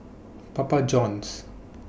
Papa Johns